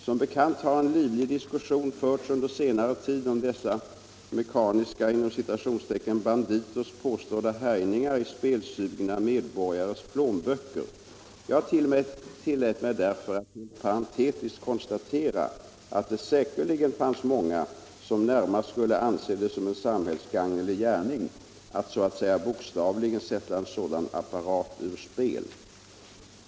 Som bekant har en livlig diskussion förts under senare tid om dessa mekaniska ”banditers” påstådda härjningar i spelsugna medborgares plånböcker. Jag tillät mig därför att helt parentetiskt konstatera att det säkerligen fanns många som närmast skulle anse det som en samhällsgagnelig gärning att så att säga bokstavligen sätta en sådan apparat ur spel.